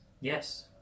Yes